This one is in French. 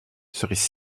seraient